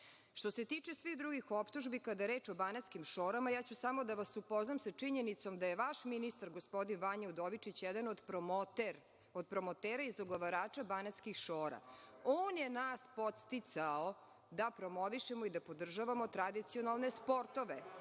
se tiče svih drugih optužbi, kada je reč o Banatskim šorama, samo ću da vas upoznam sa činjenicom da je vaš ministar, gospodin Vanja Udovičić, jedan od promotera i ugovarača Banatski šora. On je nas podsticao da promovišemo i da podržavamo tradicionalne